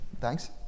Thanks